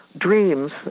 dreams